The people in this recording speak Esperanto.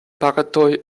partoj